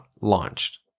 launched